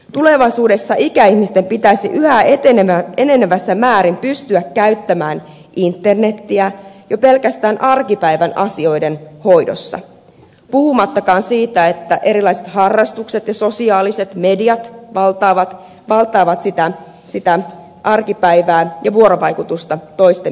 tulevaisuudessa ikäihmisten pitäisi yhä enenevässä määrin pystyä käyttämään internetiä jo pelkästään arkipäivän asioiden hoidossa puhumattakaan siitä että erilaiset harrastukset ja sosiaaliset mediat valtaavat arkipäivää ja vuorovaikutusta toistemme kesken